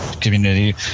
community